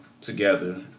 together